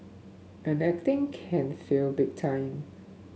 and acting can fail big time